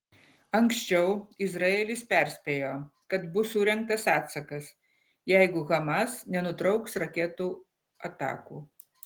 anksčiau izraelis perspėjo kad bus surengtas atsakas jeigu hamas nenutrauks raketų atakų